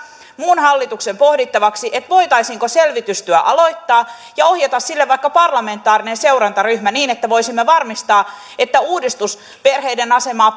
muun hallituksen pohdittavaksi voitaisiinko selvitystyö aloittaa ja ohjata sille vaikka parlamentaarinen seurantaryhmä niin että voisimme varmistaa että perheiden asemaa